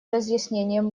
разъяснением